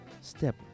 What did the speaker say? step